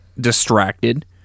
distracted